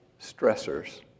stressors